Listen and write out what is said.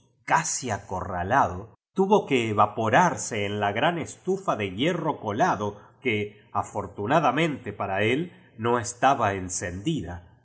casi acorralado tuvo que evaporarse en la gran estufa de hierro colado que afortunadamen te para el no estaba encendida y